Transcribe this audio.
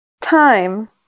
time